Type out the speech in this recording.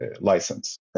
license